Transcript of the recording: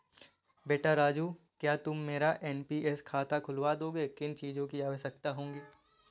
बेटा राजू क्या तुम मेरा एन.पी.एस खाता खुलवा दोगे, किन चीजों की आवश्यकता होगी?